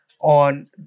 on